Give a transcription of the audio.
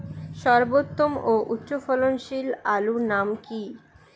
সর্বোত্তম ও উচ্চ ফলনশীল আলুর নাম কি?